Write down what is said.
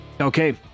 okay